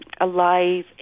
alive